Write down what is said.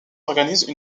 organisent